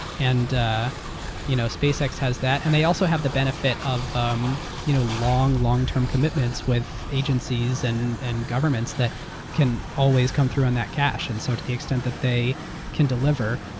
and ah you know spacex has that. and they also have the benefit of um you know long long term commitments with agencies and and governments that can always come through on that cash and so to the extent that they can deliver.